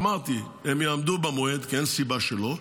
אמרתי, הם יעמדו במועד כי אין סיבה שלא.